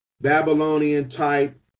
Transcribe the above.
Babylonian-type